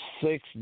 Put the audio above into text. six